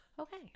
Okay